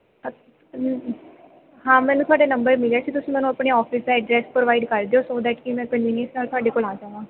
ਹਾਂ ਮੈਨੂੰ ਤੁਹਾਡਾ ਨੰਬਰ ਮਿਲਿਆ ਸੀ ਤੁਸੀਂ ਮੈਨੂੰ ਆਪਣੇ ਔਫ਼ਿਸ ਦਾ ਐਡਰੈਸ ਪ੍ਰੋਵਾਇਡ ਕਰ ਦਿਓ ਸੋ ਦੈਟ ਕੀ ਮੈਂ ਕਨਵੀਨੀਅਸ ਨਾਲ਼ ਤੁਹਾਡੇ ਕੋਲ ਆ ਜਾਵਾ